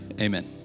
amen